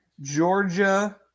Georgia